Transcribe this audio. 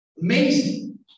Amazing